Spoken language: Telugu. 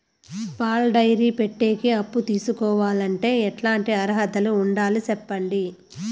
పాల డైరీ పెట్టేకి అప్పు తీసుకోవాలంటే ఎట్లాంటి అర్హతలు ఉండాలి సెప్పండి?